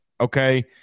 Okay